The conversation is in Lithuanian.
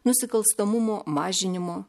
nusikalstamumo mažinimo